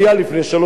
בחומרתה,